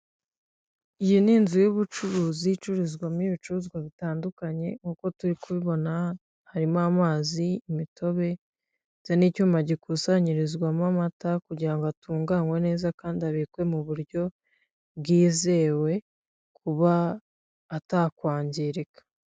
Iyi ni inzu y'ubucuruzi icururizwamo ibicuruzwa bitandukanye, nk'uko turi kubibona harimo amazi, imitobe n'icyuma gikusanyirizwamo amata kugira ngo atunganwe neza, kandi abikwe mu buryo bwizewe kuba atakwangirika.